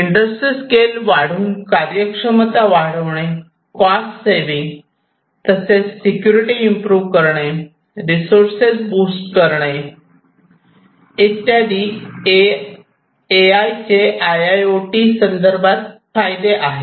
industry scale वाढवून कार्यक्षमता वाढवणे कॉस्ट सेविंग तसेच सिक्युरिटी इम्प्रू करणे रिसोर्सेस बुस्ट करणे इत्यादी ए आय चे आय आय ओ टी संदर्भात फायदे आहेत